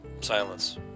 silence